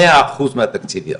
מאה אחוז מהתקציב יעבור.